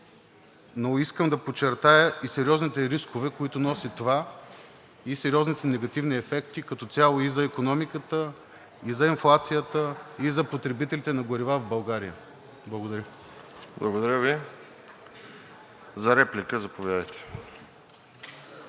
Но искам да подчертая и сериозните рискове, които носи това, и сериозните негативни ефекти като цяло и за икономиката, и за инфлацията, и за потребителите на горива в България. Благодаря. ПРЕДСЕДАТЕЛ